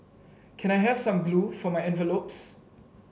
can I have some glue for my envelopes